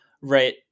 right